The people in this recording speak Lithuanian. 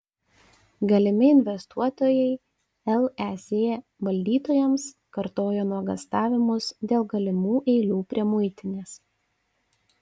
galimi investuotojai lez valdytojams kartojo nuogąstavimus dėl galimų eilių prie muitinės